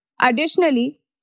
Additionally